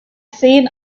seen